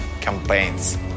campaigns